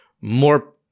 more